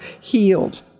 healed